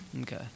Okay